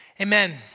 Amen